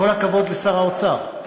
כל הכבוד לשר האוצר.